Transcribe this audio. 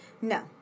No